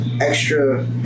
extra